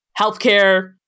healthcare